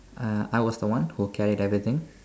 uh I was the one who carried everything